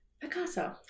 Picasso